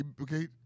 Okay